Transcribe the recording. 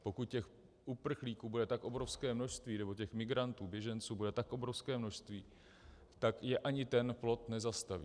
Pokud těch uprchlíků bude tak obrovské množství, nebo těch migrantů, běženců bude tak obrovské množství, tak je ani ten plot nezastaví.